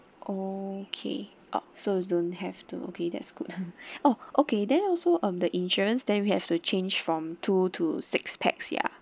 okay um so don't have to okay that's good oh okay then also um the insurance then we have to change from two to six pax ya